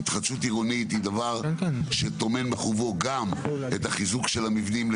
התחדשות עירונית היא דבר שטומן בחובו גם את החיזוק של המבנים.